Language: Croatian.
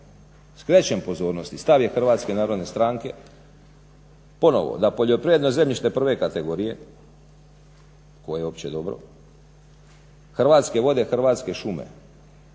Skrećem pozornost i stav je HNS-a ponovo da poljoprivredno zemljište prve kategorije koje je opće dobro, Hrvatske vode, Hrvatske šume